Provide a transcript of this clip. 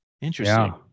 Interesting